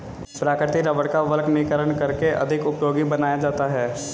प्राकृतिक रबड़ का वल्कनीकरण करके अधिक उपयोगी बनाया जाता है